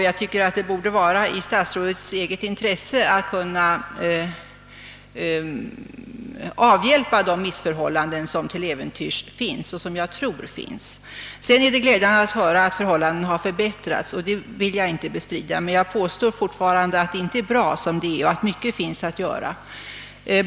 Jag tycker att det borde ligga i statsrådets eget intresse att försöka avhjälpa de missförhållanden som till äventyrs finns. Det är glädjande att höra att förhållandena har förbättrats. Jag vill inte bestrida detta, men jag påstår fortfarande att allt inte är bra som det är och att mycket finns att göra.